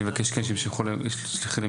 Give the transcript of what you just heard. אני מבקש כן שתשלחי להם מכתב,